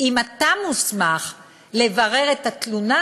אם אתה מוסמך לברר את התלונה,